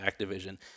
Activision